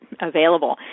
available